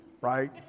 Right